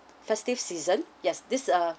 festive season yes this uh